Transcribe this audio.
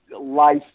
life